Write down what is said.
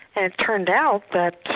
and it turned out that